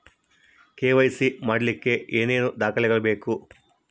KYC ಮಾಡಲಿಕ್ಕೆ ಏನೇನು ದಾಖಲೆಬೇಕು?